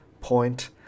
point